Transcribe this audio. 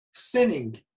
sinning